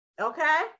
Okay